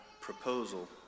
proposal